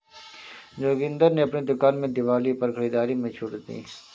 जोगिंदर ने अपनी दुकान में दिवाली पर खरीदारी में छूट दी